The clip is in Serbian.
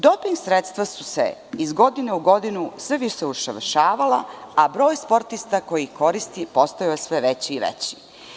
Doping sredstva su se iz godine u godinu sve više usavršavala, a broj sportista koji koristi postajao je sve veći i veći.